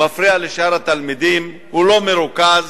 מפריע לשאר התלמידים, הוא לא מרוכז.